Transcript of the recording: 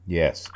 yes